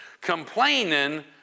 Complaining